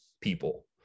people